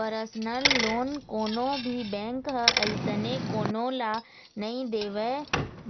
personal loan कोनो भी bank ह अइसने कोनो ल नइ देवय